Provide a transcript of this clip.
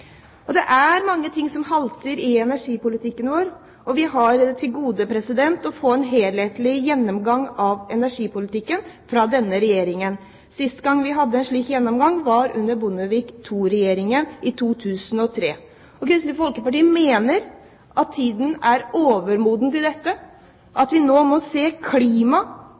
Det er mange ting som halter i energipolitikken vår. Vi har til gode å få en helhetlig gjennomgang av energipolitikken fra denne regjeringen. Sist vi hadde en slik gjennomgang, var under Bondevik II-regjeringen i 2003. Kristelig Folkeparti mener at tiden er overmoden for dette – at vi nå må se klima